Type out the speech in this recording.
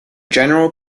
general